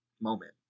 moment